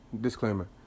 Disclaimer